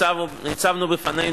הצלחנו להעביר,